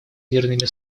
мирными